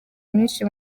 myinshi